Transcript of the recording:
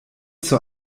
zur